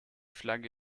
flagge